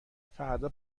فردا